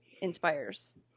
inspires